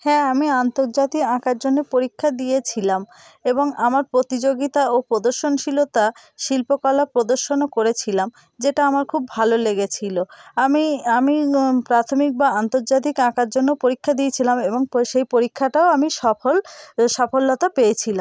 হ্যাঁ আমি আন্তর্জাতিক আঁকার জন্যে পরীক্ষা দিয়েছিলাম এবং আমার প্রতিযোগিতা ও প্রদর্শন ছিল তা শিল্পকলা প্রদর্শনও করেছিলাম যেটা আমার খুব ভালো লেগেছিল আমি আমি প্রাথমিক বা আন্তর্জাতিক আঁকার জন্যও পরীক্ষা দিয়েছিলাম এবং সেই পরীক্ষাটাও আমি সফল সফলতা পেয়েছিলাম